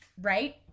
right